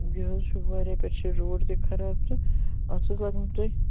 یہِ حظ چھُ واریاہ پٮ۪ٹھ چھِ روڈ تہِ خراب تہٕ اَتھ حظ لگن تۄہہِ